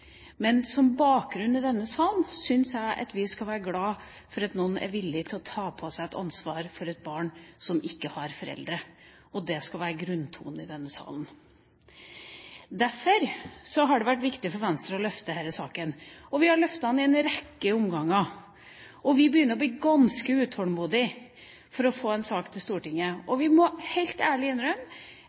Men som bakgrunn i denne sal syns jeg vi skal være glade for at noen er villige til å ta på seg et ansvar for et barn som ikke har foreldre. Det skal være grunntonen i denne salen. Derfor har det vært viktig for Venstre å løfte denne saken, og vi har løftet den i en rekke omganger. Vi begynner å bli ganske utålmodige etter å få en sak til Stortinget. Vi må helt ærlig innrømme